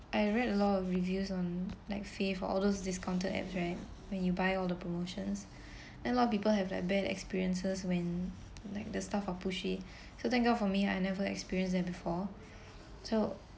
I read a lot of reviews on like fave all those discounted ads right when you buy all the promotions then a lot of people have like bad experiences when like the staff are pushy so thank god for me I never experience that before so